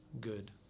good